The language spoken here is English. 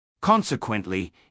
Consequently